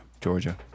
Georgia